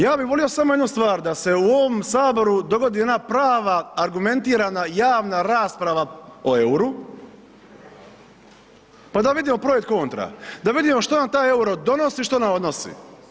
Ja bi volio samo jednu stvar, da se u ovom Saboru dogodi ona prava argumentirana javna rasprava o euru pa da vidimo pro i kontra, da vidimo što nam taj euro donosi, što nam odnosi.